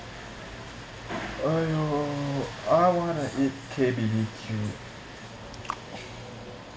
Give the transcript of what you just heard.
!aiyo! I want to eat K_B_B_Q